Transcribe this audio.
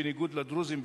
בניגוד לדרוזים,